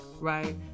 Right